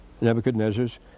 Nebuchadnezzar's